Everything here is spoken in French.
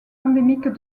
endémique